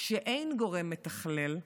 כשאין גורם מתכלל,